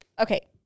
okay